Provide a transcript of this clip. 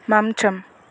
మంచం